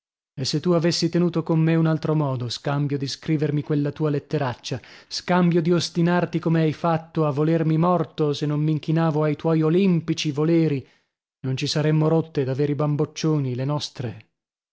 e se tu avessi tenuto con me un altro modo scambio di scrivermi quella tua letteraccia scambio di ostinarti come hai fatto a volermi morto se non m'inchinavo ai tuoi olimpici voleri non ci saremmo rotte da veri bamboccioni le nostre